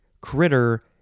critter